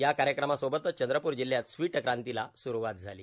या कार्यक्रमासोबतच चंद्रप्र जिल्ह्यात स्वीट क्रांतीला सुरुवात झाली